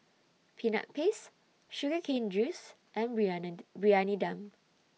Peanut Paste Sugar Cane Juice and Briyani Briyani Dum